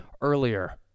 earlier